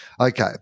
Okay